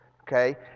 Okay